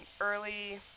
early